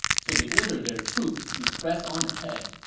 so they ordered their troops to press on ahead.